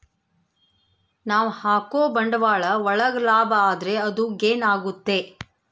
ನಾವ್ ಹಾಕೋ ಬಂಡವಾಳ ಒಳಗ ಲಾಭ ಆದ್ರೆ ಅದು ಗೇನ್ ಆಗುತ್ತೆ